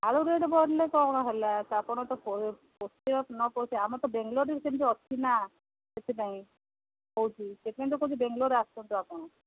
ଆଳୁ ରେଟ୍ ବଢ଼ିଲେ କ'ଣ ହେଲା ଆପଣ ତ ପୋଷ ନ ପୋଷ ଆମ ତ ବେଙ୍ଗଲୋର ବି ସେମିତି ଅଛି ନା ସେଥିପାଇଁ କହୁଛି ସେଥିପାଇଁ ତ କହୁଛି ବେଙ୍ଗଲୋରରେ ଆସନ୍ତୁ ଆପଣ